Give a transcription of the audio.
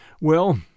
Well